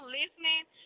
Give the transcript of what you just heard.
listening